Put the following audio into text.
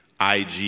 IG